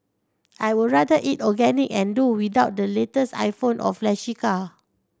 I would rather eat organic and do without the latest iPhone or flashy car